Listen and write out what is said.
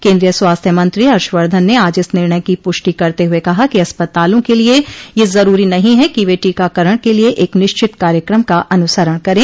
केंद्रीय स्वास्थ्य मंत्री हर्षवर्धन ने आज इस निर्णय की पुष्टि करते हुए कहा कि अस्पतालों के लिए यह जरूरी नहीं है कि वे टीकाकरण के लिए एक निश्चित कार्यक्रम का अनुसरण करें